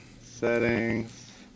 Settings